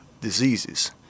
diseases